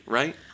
right